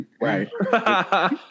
Right